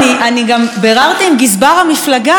אני גם ביררתי עם גזבר המפלגה,